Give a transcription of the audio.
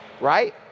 Right